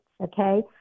okay